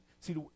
see